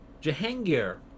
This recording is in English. Jahangir